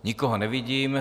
Nikoho nevidím.